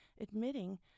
admitting